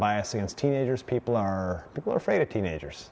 bias against teenagers people are more afraid of teenagers